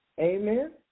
Amen